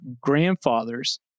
grandfathers